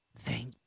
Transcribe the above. Thank